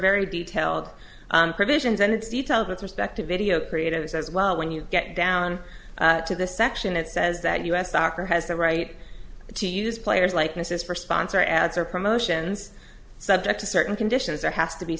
very detailed provisions and it's detailed with respect to video creatives as well when you get down to the section it says that u s soccer has the right to use players likenesses for sponsor ads or promotions subject to certain conditions there has to be